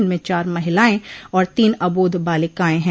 इनमें चार महिलाएं और तीन अबोध बालिकायें हैं